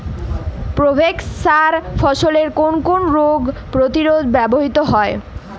Provex সার ফসলের কোন কোন রোগ প্রতিরোধে ব্যবহৃত হয়?